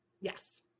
Yes